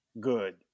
good